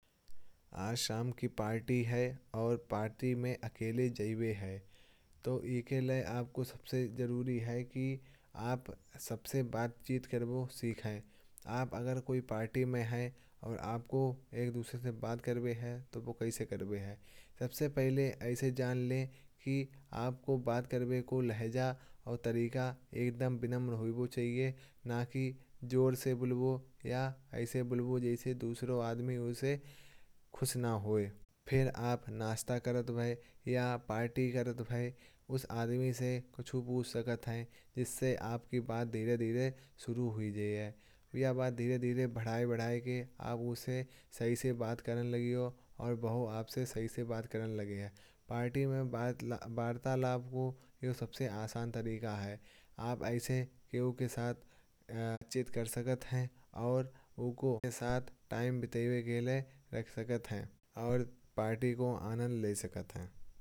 आज शाम की पार्टी है और पार्टी में अकेले जा रहे हैं। तो अकेले आपको सबसे ज़रूरी है कि आप सबसे बात करें। सीखिये अगर आप कोई पार्टी में हैं। और आपको एक दूसरे से बात करनी है तो वो कैसे करें। सबसे पहले आपको बात करने का लहज़ा और तरीका एकदम विनम्र होना चाहिए। ना कि ज़ोर से बोलना या ऐसे बिलबुलाना जिससे दूसरे आदमी से खुश ना हो। फिर आप नाश्ता करते हुए या पार्टी करते हुए उस आदमी से कुछ पूछ सकते हैं। जिससे आपकी बात धीरे धीरे शुरू होती है ये बात धीरे धीरे बढ़ाइये। बढ़ाते बढ़ाते आप उससे सही से बात करने लगें। और वो आपसे सही से बात करने लगे पार्टी में वर्तालाप का सबसे आसान तरीका है। आप ऐसे किसी के साथ कर सकते हैं। और उनके साथ टाईम बिता सकते हैं और पार्टी का आनंद ले सकते हैं।